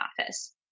office